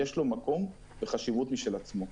יש לו מקום וחשיבות משל עצמו.